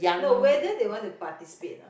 no whether they want to participate or not